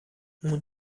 اون